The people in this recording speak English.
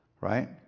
right